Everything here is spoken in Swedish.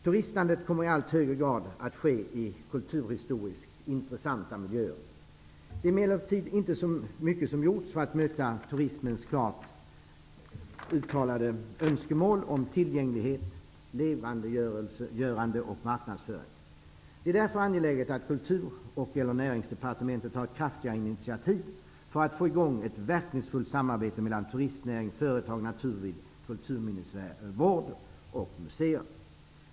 Turistandet kommer i allt högre grad att ske i kulturhistoriskt intressanta miljöer. Det är emellertid inte så mycket som har gjorts för att möta turismens klart uttalade önskemål om tillgänglighet, levandegörande och marknadsföring. Det är därför angeläget att Näringsdepartementet tar kraftiga initiativ för att få i gång ett verkningsfullt samarbete mellan turistnäring, företag, naturliv, kulturminnesvård och museer.